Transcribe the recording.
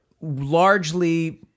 largely